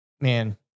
Man